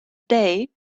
day